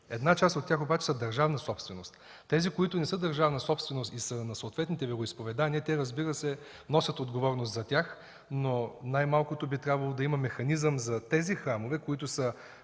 рушат. Част от тях обаче са държавна собственост. Тези, които не са държавна собственост, а са на съответните вероизповедания, разбира се, те носят отговорност за тях. Най-малкото обаче би следвало да има механизъм за храмовете, които са